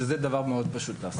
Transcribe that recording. וזה דבר מאוד פשוט לעשות.